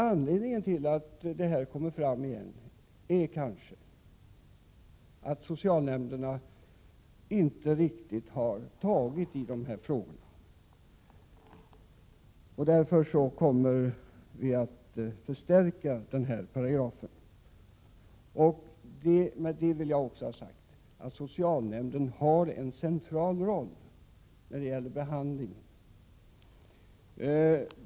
Anledningen till att detta framhävs är kanske att socialnämnderna inte riktigt har tagit itu med dessa frågor. Därför förstärks denna paragraf. Med det vill jag också ha sagt att socialnämnden har en central roll när det gäller 173 behandling.